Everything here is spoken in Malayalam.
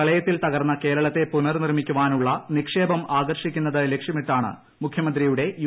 പ്രളയത്തിൽ തകർന്ന കേരളത്തെ പുനർനിർമ്മിക്കാനുള്ള നിക്ഷേപം ആകർഷിക്കുന്നത് ലക്ഷ്യമിട്ടാണ് മുഖ്യമന്ത്രിയുടെ യു